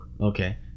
Okay